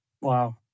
Wow